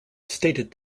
stated